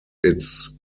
its